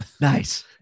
Nice